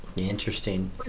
Interesting